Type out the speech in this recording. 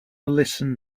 listen